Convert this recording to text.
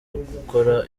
gukora